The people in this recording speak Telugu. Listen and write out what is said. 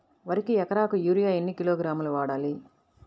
వరికి ఎకరాకు యూరియా ఎన్ని కిలోగ్రాములు వాడాలి?